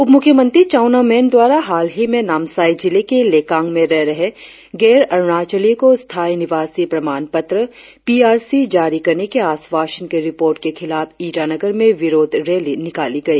उप मुख्यमंत्री चाउना मेन द्वारा हालही में नामसाई जिले के लेकांग में रह रहे गैर अरुणाचलियों को स्थायी निवासी प्रमाणपत्र पी आर सी जारी करने के आश्वासन के रिपोर्ट के खिलाफ ईटानगर में विरोध रैली निकाली गई